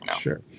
Sure